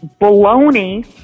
baloney